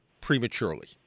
prematurely